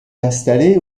installé